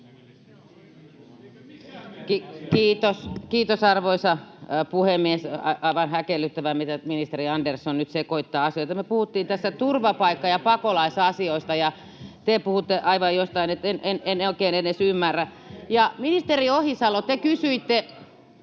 Kiitos, arvoisa puhemies! Aivan häkellyttävää, miten ministeri Andersson nyt sekoittaa asioita. Me puhuttiin tässä turvapaikka‑ ja pakolaisasioista, ja te puhutte aivan jostain, en oikein edes ymmärrä, mistä. [Jukka Gustafsson: